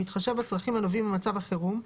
ובהתחשב בצרכים הנובעים ממצב החירום,